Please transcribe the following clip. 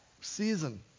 season